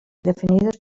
definides